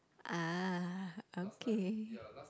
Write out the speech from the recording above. ah okay